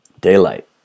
daylight